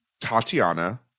Tatiana